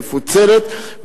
מפוצלת,